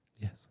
Yes